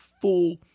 full